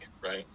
right